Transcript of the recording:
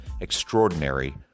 extraordinary